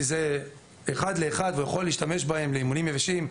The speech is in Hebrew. כי זה אחד לאחד והוא יכול להשתמש בהם לאימונים יבשים,